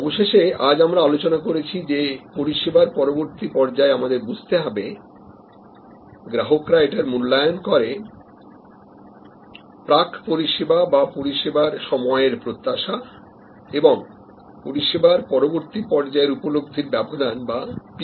অবশেষে আজ আমরা আলোচনা করেছি যে পরিষেবার পরবর্তী পর্যায়ে আমাদের বুঝতে হবে গ্রাহকরা এটার মূল্যায়ন করে প্রাক পরিষেবা বা পরিষেবার সময়ের প্রত্যাশা এবং পরিষেবার পরবর্তী পর্যায়ের উপলব্ধির ব্যবধান বা P E থেকে